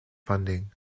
funding